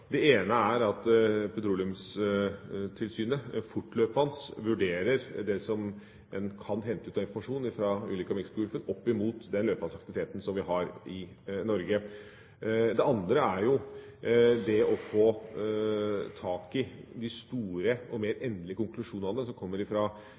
Det ene er at Petroleumstilsynet fortløpende vurderer det som en kan hente ut av informasjon fra ulykken i Mexicogolfen opp mot den løpende aktiviteten vi har i Norge. Det andre er å få tak i de store og mer